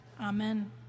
Amen